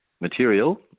material